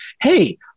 hey